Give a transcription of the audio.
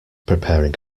preparing